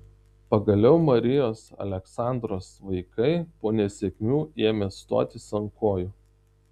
pagaliau marijos aleksandros vaikai po nesėkmių ėmė stotis ant kojų